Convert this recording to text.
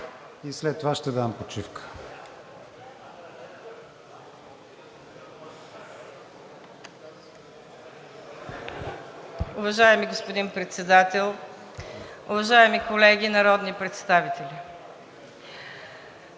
И след това ще дам почивка.